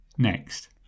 Next